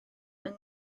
yng